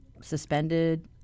suspended